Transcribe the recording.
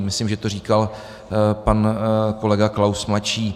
Myslím, že to říkal pan kolega Klaus mladší.